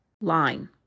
line